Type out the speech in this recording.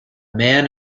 man